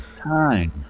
time